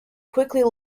quickly